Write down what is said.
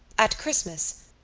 at christmas,